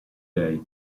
lei